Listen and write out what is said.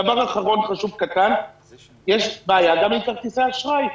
דבר אחרון וחשוב, יש בעיה גם עם כרטיסי האשראי.